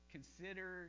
Consider